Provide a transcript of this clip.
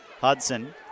Hudson